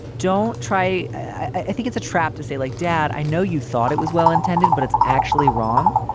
don't try. i think it's a trap to say, like, dad, i know you thought it was well-intended, but it's actually wrong.